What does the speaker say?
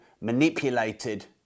manipulated